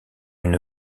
une